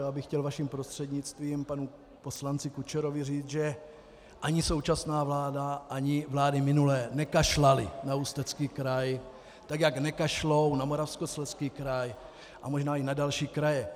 Já bych chtěl vaším prostřednictvím panu poslanci Kučerovi říci, že ani současná vláda ani vlády minulé nekašlaly na Ústecký kraj, tak jak nekašlou na Moravskoslezský kraj a možná i na další kraje.